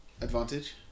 advantage